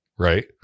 Right